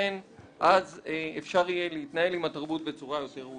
ואז אפשר יהיה להתנהל עם התרבות בצורה יותר ראויה.